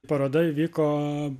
paroda įvyko